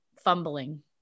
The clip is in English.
fumbling